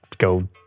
go